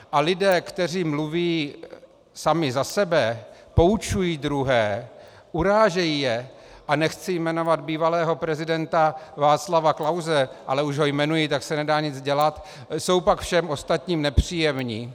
A lidé, kteří mluví sami za sebe, poučují druhé, urážejí je a nechci jmenovat bývalého prezidenta Václava Klause, ale už ho jmenuji, tak se nedá nic dělat jsou pak všem ostatním nepříjemní.